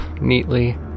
neatly